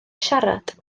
siarad